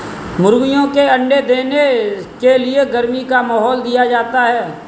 मुर्गियों के अंडे देने के लिए गर्मी का माहौल दिया जाता है